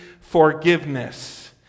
forgiveness